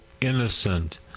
innocent